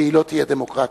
והיא לא תהיה דמוקרטית.